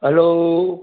hello